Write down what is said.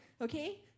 okay